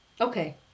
Okay